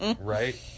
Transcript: right